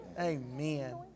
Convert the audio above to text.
Amen